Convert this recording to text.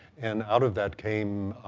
and out of that came,